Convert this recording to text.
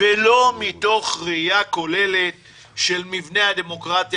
ולא מתוך ראייה כוללת של מבנה הדמוקרטיה